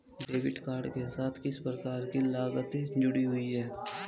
Debit card के साथ किस प्रकार की लागतें जुड़ी हुई हैं?